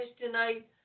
tonight